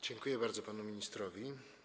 Dziękuję bardzo panu ministrowi.